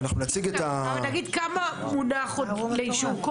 תכף אנחנו נציג את --- אבל נגיד כמה מונח עוד לאישור?